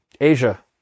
Asia